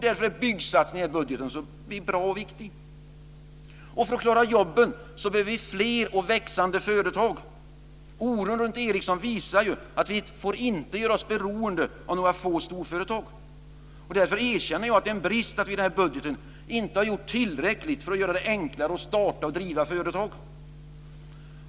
Därför är byggsatsningen i budgeten bra och viktig. För att klara jobben behöver vi fler och växande företag. Oron runt Ericsson visar att vi inte får göra oss beroende av några få storföretag. Därför erkänner jag att det är en brist att vi i den här budgeten inte har gjort tillräckligt för att göra det enklare att starta och driva företag.